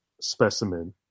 specimen